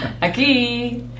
Aquí